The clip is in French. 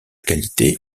qualité